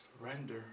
Surrender